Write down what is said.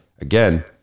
again